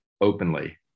openly